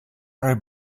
are